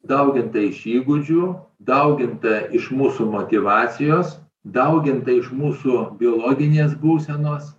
dauginta iš įgūdžių dauginta iš mūsų motyvacijos dauginta iš mūsų biologinės būsenos